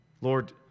Lord